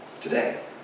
today